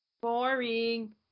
Boring